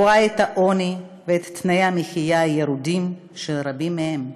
רואה את העוני ואת תנאי המחיה הירודים של רבים מהם.